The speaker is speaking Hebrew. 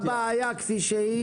עכשיו תגיד את הבעיה כפי שהיא,